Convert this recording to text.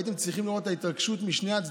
הייתם צריכים לראות את ההתרגשות משני הצדדים: